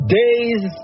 days